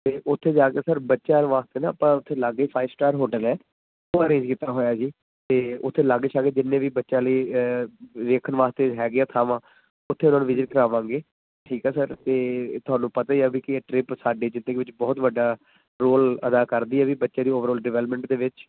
ਅਤੇ ਉੱਥੇ ਜਾ ਕੇ ਸਰ ਬੱਚਿਆਂ ਦੇ ਵਾਸਤੇ ਨਾ ਆਪਾਂ ਉੱਥੇ ਲਾਗੇ ਫਾਈਵ ਸਟਾਰ ਹੋਟਲ ਹੈ ਉਹ ਅਰੇਂਜ ਕੀਤਾ ਹੋਇਆ ਜੀ ਅਤੇ ਉੱਥੇ ਲਾਗੇ ਛਾਗੇ ਜਿੰਨੇ ਵੀ ਬੱਚਿਆਂ ਲਈ ਵੇਖਣ ਵਾਸਤੇ ਹੈਗੇ ਆ ਥਾਂਵਾਂ ਉੱਥੇ ਉਹਨਾਂ ਨੂੰ ਵਿਜ਼ਿਟ ਕਰਾਵਾਂਗੇ ਠੀਕ ਹੈ ਸਰ ਅਤੇ ਤੁਹਾਨੂੰ ਪਤਾ ਹੀ ਆ ਬਈ ਕਿ ਇਹ ਟ੍ਰਿਪ ਸਾਡੀ ਜ਼ਿੰਦਗੀ ਵਿੱਚ ਬਹੁਤ ਵੱਡਾ ਰੋਲ ਅਦਾ ਕਰਦੀ ਹੈ ਬਈ ਬੱਚੇ ਦੀ ਓਵਰਔਲ ਡਿਵੈਲਪਮੈਂਟ ਦੇ ਵਿੱਚ